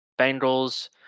Bengals